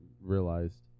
realized